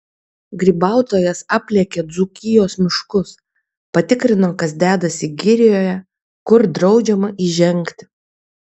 grybautojas aplėkė dzūkijos miškus patikrino kas dedasi girioje kur draudžiama įžengti